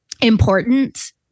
important